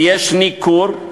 ויש ניכור,